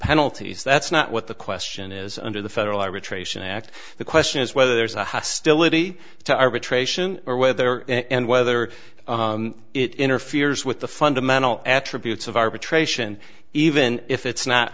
penalties that's not what the question is under the federal arbitration act the question is whether there's a hostility to arbitration or whether and whether it interferes with the fundamental attributes of arbitration even if it's not